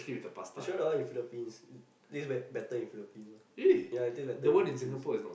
must try the one in Philippines taste bet~ better in Philippines ya it tastes better in Philippines